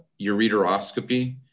ureteroscopy